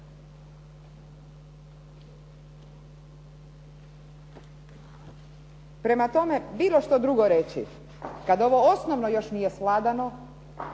Prema tome, bilo što drugo reći, kad ovo osnovno još nije svladano,